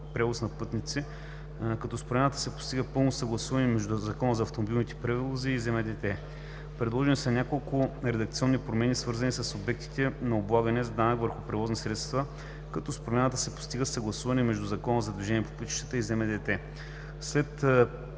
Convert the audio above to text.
на пътници, като с промяната се постига пълно съгласуване между Закона за автомобилните превози и ЗМДТ. Предложени са някои редакционни промени, свързани с обектите на облагане с данък върху превозните средства, като с промяната се постига съгласуване между Закона за движението по пътищата и ЗМДТ. След